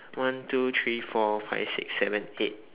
one two three four five six seven eight